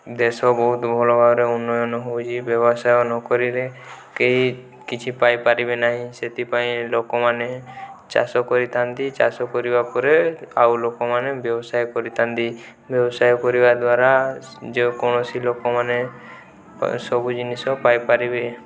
ଦେଶ ବହୁତ ଭଲ ଭାବରେ ଉନ୍ନୟନ ହେଉଛି ବ୍ୟବସାୟ ନ କରିଲେ କେହି କିଛି ପାଇପାରିବେ ନାହିଁ ସେଥିପାଇଁ ଲୋକମାନେ ଚାଷ କରିଥାନ୍ତି ଚାଷ କରିବା ପରେ ଆଉ ଲୋକମାନେ ବ୍ୟବସାୟ କରିଥାନ୍ତି ବ୍ୟବସାୟ କରିବା ଦ୍ୱାରା ଯେକୌଣସି ଲୋକମାନେ ସବୁ ଜିନିଷ ପାଇପାରିବେ